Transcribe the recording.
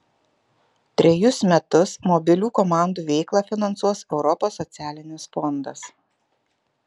trejus metus mobilių komandų veiklą finansuos europos socialinis fondas